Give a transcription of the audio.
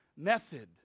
method